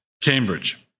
Cambridge